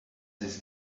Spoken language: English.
this